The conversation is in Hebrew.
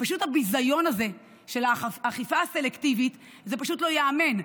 הביזיון הזה של האכיפה הסלקטיבית פשוט לא ייאמן.